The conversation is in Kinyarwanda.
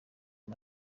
aya